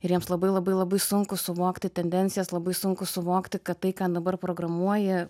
ir jiems labai labai labai sunku suvokti tendencijas labai sunku suvokti kad tai ką dabar programuoji